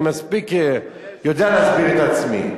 אני מספיק יודע להסביר את עצמי.